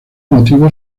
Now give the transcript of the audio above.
motivo